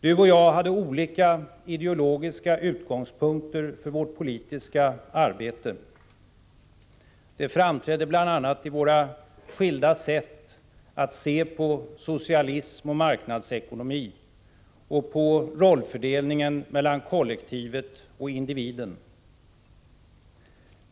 Du och jag hade olika ideologiska utgångspunkter för vårt politiska arbete. Det framträdde bl.a. i våra skilda sätt att se på socialism och marknadsekonomi och på rollfördelningen mellan kollektivet och individen.